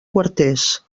quarters